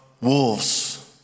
wolves